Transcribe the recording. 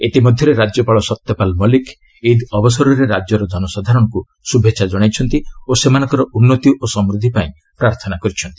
ଇତିମଧ୍ୟରେ ରାଜ୍ୟପାଳ ସତ୍ୟପାଲ ମଲ୍ଲିକ ଇଦ୍ ଅବସରରେ ରାଜ୍ୟର ଜନସାଧାରଣଙ୍କୁ ଶୁଭେଚ୍ଛା ଜଣାଇଛନ୍ତି ଓ ସେମାନଙ୍କର ଉନ୍ନତି ଓ ସମୃଦ୍ଧି ପାଇଁ ପ୍ରାର୍ଥନା କରିଛନ୍ତି